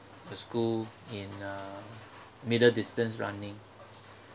the school in uh middle distance running